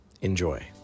Enjoy